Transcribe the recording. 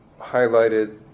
highlighted